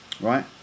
right